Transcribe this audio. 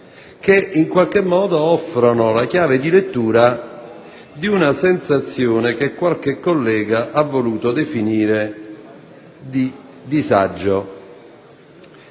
che offrono la chiave di lettura di una sensazione che qualche collega ha voluto definire di disagio.